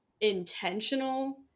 intentional